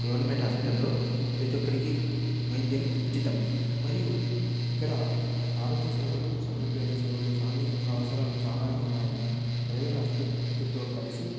government హాస్పిటల్లో ప్రతి ఒక్కరికి వైద్యం ఉచితం మరియు ఇక్కడ ఆరోగ్య సేవలు సౌలబ్యాలు సేవలు సామూహికంగా అవసరాలు చాలానే ఉన్నాయ్ ప్రైవేట్ ఆసుపత్రులతో కలిసి